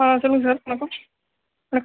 ஆ சொல்லுங்கள் சார் வணக்கம் வணக்கம்